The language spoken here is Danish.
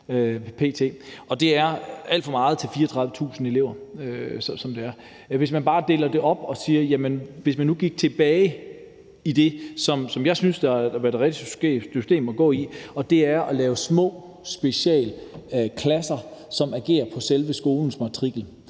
Og det er alt for meget til 34.000 elever. Lad os sige, man delte det op og sagde, at man gik tilbage til det, som jeg synes er det rigtige system at bruge, og det er at lave små specialklasser, som fungerer på selve skolens matrikel.